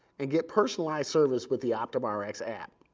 and get personalized service with the optumrx app.